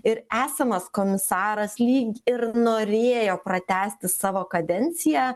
ir esamas komisaras lyg ir norėjo pratęsti savo kadenciją